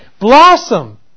blossom